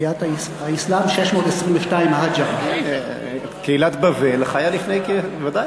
עליית האסלאם, 622, קהילת בבל חיה לפני, ודאי.